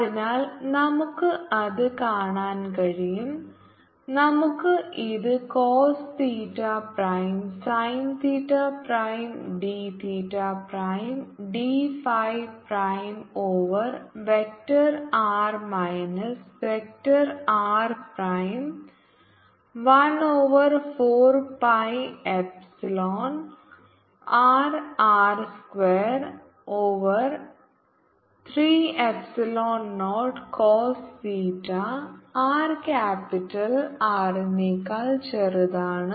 അതിനാൽ നമുക്ക് അത് കാണാൻ കഴിയും നമുക്ക് ഇത് cos theta prime sine theta prime d theta prime d phi prime over vector r minus vector r prime one over four pi pi epsilon r r square over 3 epsilon naught cos theta r capital R നേക്കാൾ ചെറുതാണ്